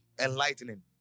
enlightening